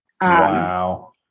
wow